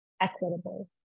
equitable